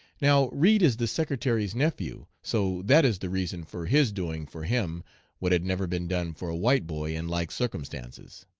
now reid is the secretary's nephew, so that is the reason for his doing for him what had never been done for a white boy in like circumstances